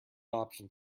options